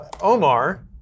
Omar